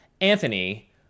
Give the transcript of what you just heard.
Anthony